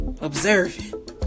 Observing